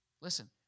Listen